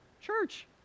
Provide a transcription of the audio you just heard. church